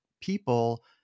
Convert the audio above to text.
people